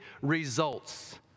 results